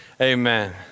amen